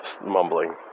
mumbling